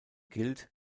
gilt